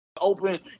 open